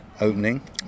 opening